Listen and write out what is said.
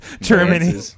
Germany